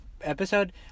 episode